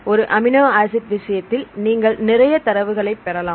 ஒரு amino acid விஷயத்தில் நீங்கள் நிறைய தரவுகளை பெறலாம்